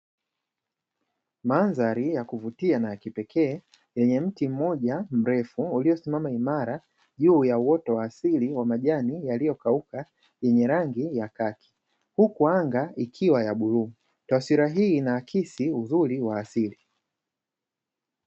Mandhari ya kuvutia na ya kipekee yenye mti mmoja, mrefu uliosimama imara juu ya uoto wa asili wa majani yaliyokauka yenye rangi ya kaki, huku anga ikiwa ya bluu. Taswira hii inaakisi uzuri wa asili.